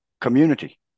community